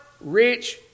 rich